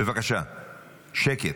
בבקשה, שקט.